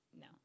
No